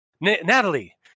Natalie